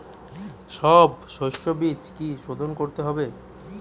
সব শষ্যবীজ কি সোধন করতে হবে?